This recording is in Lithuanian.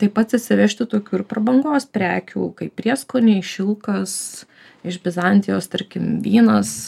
taip pat atsivežti tokių ir prabangos prekių kaip prieskoniai šilkas iš bizantijos tarkim vynas